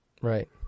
right